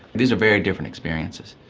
these are very different experiences.